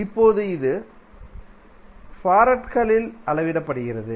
இப்போது இது ஃபாரட்களில் அளவிடப்படுகிறது